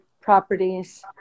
properties